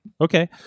okay